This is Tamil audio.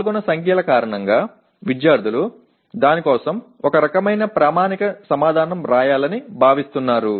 பொதுவாக சம்பந்தப்பட்ட எண்கள் காரணமாக மாணவர்கள் அதற்கான ஒரு நிலையான பதிலை எழுதுவார்கள் என்று எதிர்பார்க்கப்படுகிறது